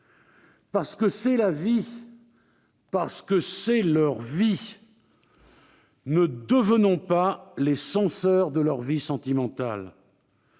Parce que c'est la vie, parce que c'est leur vie ! Ne devenons pas les censeurs de leur vie sentimentale